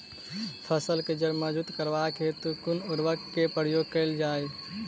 फसल केँ जड़ मजबूत करबाक हेतु कुन उर्वरक केँ प्रयोग कैल जाय?